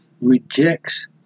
rejects